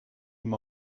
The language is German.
ihm